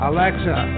Alexa